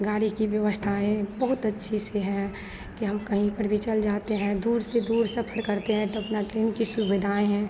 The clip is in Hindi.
गाड़ी की व्यवस्थाएँ बहुत अच्छे से है कि हम कहीं पर भी चल जाते हैं दूर से दूर सफर करते हैं तो अपनी ट्रेन की सुविधाएँ हैं